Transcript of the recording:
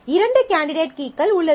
இரண்டு கேண்டிடேட் கீகள் உள்ளது